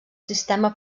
sistema